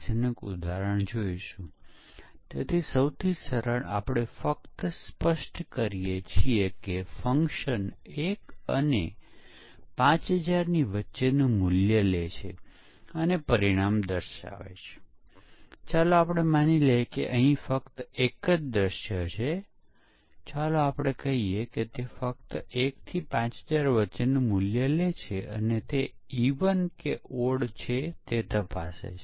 પરંતુ તે દસ્તાવેજમાં 2010માં સુધારણા કરવામાં આવી હતી કારણ કે તે માનવામાં આવતું હતું કે આટલી બધી શરતોમાં ભૂલ ખામી અને નિષ્ફળતા એક જ વસ્તુ દર્શાવે છે તે જોઈતો હેતુ પ્રાપ્ત કરતું નથી જ્યારે આપણે તેનો જુદો જુદો અર્થ કરીએ છીએ ત્યારે વધુ સારી રીતે વાપરી શકાય છે